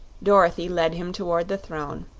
dorothy led him toward the throne,